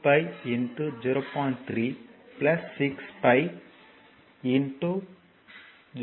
3 6 pi 0